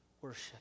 worship